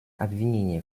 обвинения